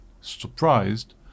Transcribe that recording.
surprised